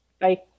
Bye